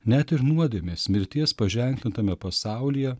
net ir nuodėmės mirties paženklintame pasaulyje